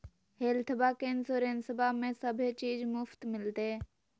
हेल्थबा के इंसोरेंसबा में सभे चीज मुफ्त मिलते?